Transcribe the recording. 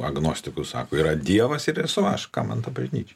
agnostikų sako yra dievas ir esu aš kam man ta bažnyčia